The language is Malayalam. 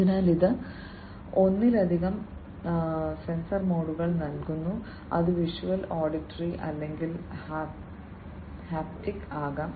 അതിനാൽ ഇത് ഒന്നിലധികം സെൻസർ മോഡുകൾ നൽകുന്നു അത് വിഷ്വൽ ഓഡിറ്ററി അല്ലെങ്കിൽ ഹാപ്റ്റിക് ആകാം